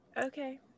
okay